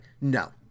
no